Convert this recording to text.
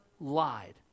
lied